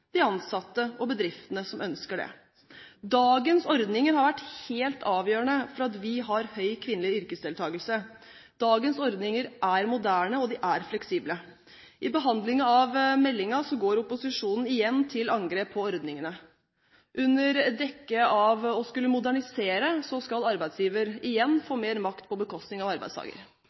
de ansatte og bedriftene som ønsker det. Dagens ordninger har vært helt avgjørende for at vi har høy kvinnelig yrkesdeltakelse. Dagens ordninger er moderne, og de er fleksible. I behandlingen av meldingen går opposisjonen igjen til angrep på ordningene. Under dekke av å skulle modernisere skal arbeidsgiver igjen få mer makt på bekostning av arbeidstaker.